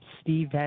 Steve